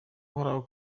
uhoraho